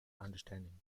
understanding